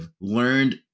learned